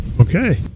Okay